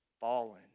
fallen